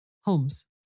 Holmes